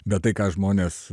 bet tai ką žmonės